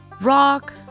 Rock